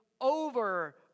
over